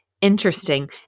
interesting